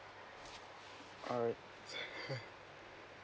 alright